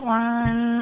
one